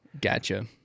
Gotcha